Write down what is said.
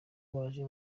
baje